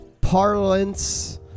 parlance